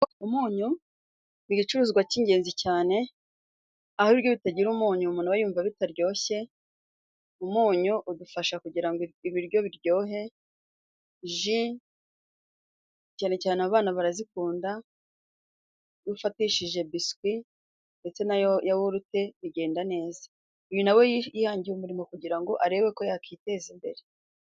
Umunyu igicuruzwa cy'ingenzi cyane aho ibiryo bitagira umunyu umuntu aba yumva bitaryoshye, umunyu udufasha kugira ngo ibiryo biryohe. Ji cyane cyane abana barazikunda iyo ufatishije biswi ndetse na yawurute bigenda neza. Uyu nawe yihangiye umurimo kugira ngo arebe ko yakwiteza imbere.